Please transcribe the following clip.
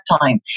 time